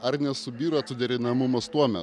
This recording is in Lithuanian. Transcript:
ar nesubyra suderinamumas tuomet